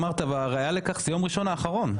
הראייה לכך זה יום ראשון האחרון.